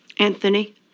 Anthony